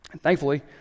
Thankfully